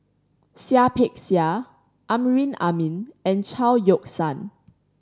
Seah Peck Seah Amrin Amin and Chao Yoke San